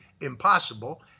impossible